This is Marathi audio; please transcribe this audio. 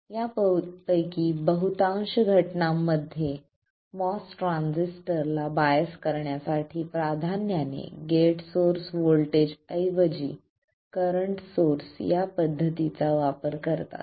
यापैकी बहुतांश घटनांमध्ये MOS ट्रान्झिस्टरला बायस करण्यासाठी प्राधान्याने गेट सोर्स व्होल्टेजऐवजी करंट सोर्स या पद्धतीचा वापर करतात